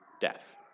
death